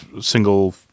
single